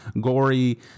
gory